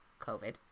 COVID